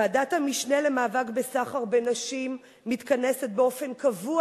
ועדת המשנה למאבק בסחר בנשים מתכנסת באופן קבוע